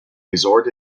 resort